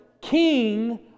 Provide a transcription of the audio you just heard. king